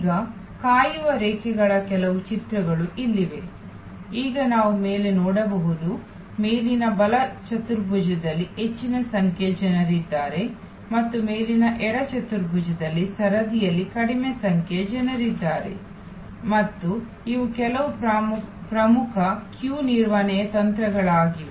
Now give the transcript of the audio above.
ಈಗ ಕಾಯುವ ರೇಖೆಗಳ ಕೆಲವು ಚಿತ್ರಗಳು ಇಲ್ಲಿವೆ ಈಗ ನಾವು ಮೇಲೆ ನೋಡಬಹುದು ಮೇಲಿನ ಬಲ ಚತುರ್ಭುಜದಲ್ಲಿ ಹೆಚ್ಚಿನ ಸಂಖ್ಯೆಯ ಜನರಿದ್ದಾರೆ ಮತ್ತು ಮೇಲಿನ ಎಡ ಚತುರ್ಭುಜದಲ್ಲಿ ಸರದಿಯಲ್ಲಿ ಕಡಿಮೆ ಸಂಖ್ಯೆಯ ಜನರಿದ್ದಾರೆ ಮತ್ತು ಇವು ಕೆಲವು ಪ್ರಮುಖ ಸರದಿ ನಿರ್ವಹಣೆಯ ತಂತ್ರಗಳಾಗಿವ